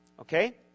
Okay